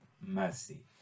mercy